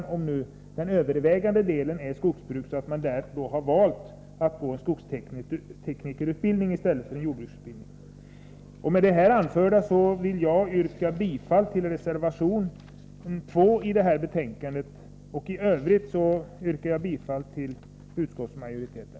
Det gäller alltså den vars arbete till övervägande del består i skogsbruk men som valt skogsteknikerutbildning i stället för jordbruksutbildning. Med det anförda yrkar jag bifall till reservation 2 i detta betänkande samt i Övrigt till utskottets hemställan.